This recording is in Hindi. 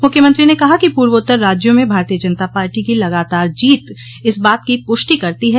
मुख्यंमत्री ने कहा कि पूर्वोत्तर राज्यों में भारतीय जनता पार्टी की लगातार जीत इस बात की पुष्टि करती है